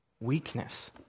weakness